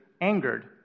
angered